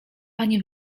pani